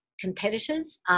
competitors